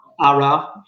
Ara